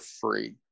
free